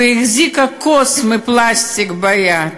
שעמדה והחזיקה כוס מפלסטיק ביד,